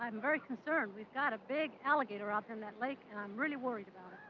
um very concerned. we've got a big alligator off in that lake and i'm really worried